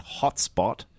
Hotspot